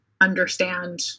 understand